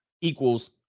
equals